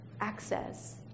access